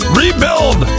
rebuild